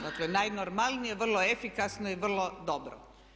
Dakle najnormalnije, vrlo efikasno i vrlo dobro.